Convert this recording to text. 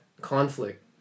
conflict